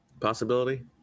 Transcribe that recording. possibility